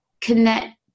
connect